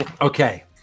Okay